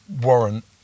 warrant